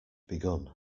begun